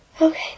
Okay